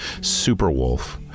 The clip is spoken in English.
Superwolf